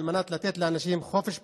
על מנת לתת לאנשים חופש פולחן,